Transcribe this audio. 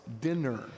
dinner